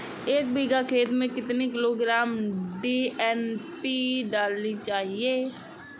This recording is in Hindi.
एक बीघा खेत में कितनी किलोग्राम डी.ए.पी डालनी चाहिए?